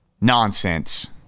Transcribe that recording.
nonsense